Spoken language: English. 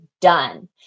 done